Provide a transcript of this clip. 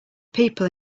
people